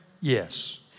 yes